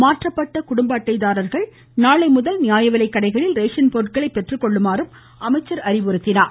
மாற்றப்பட்ட குடும்ப அட்டைதாரர்கள் நாளை முதல் நியாயவிலைக்கடைகளில் ரேசன் பொருட்களை பெற்றுக்கொள்ளுமாறு அமைச்சர் அறிவுறுத்தினார்